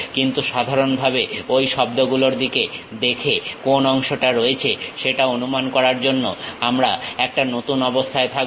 কিন্তু সাধারণভাবে ঐ শব্দ গুলোর দিকে দেখে কোন অংশটা রয়েছে সেটা অনুমান করার জন্য আমরা একটা নতুন অবস্থায় থাকবো